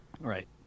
Right